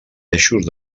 eixos